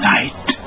Night